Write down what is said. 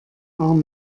arm